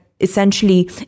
essentially